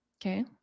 Okay